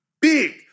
big